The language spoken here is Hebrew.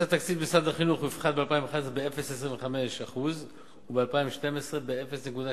בסיס תקציב משרד החינוך יופחת ב-2011 ב-0.25% וב-2012 ב-0.75%.